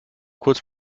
kurz